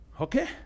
Okay